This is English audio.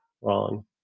wrong